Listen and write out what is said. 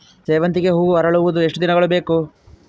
ಸೇವಂತಿಗೆ ಹೂವು ಅರಳುವುದು ಎಷ್ಟು ದಿನಗಳು ಬೇಕು?